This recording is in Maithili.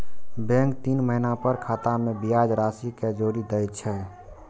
बैंक तीन महीना पर खाता मे ब्याज राशि कें जोड़ि दै छै